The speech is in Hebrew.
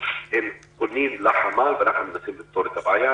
לא תקציבים חדשים, לא משהו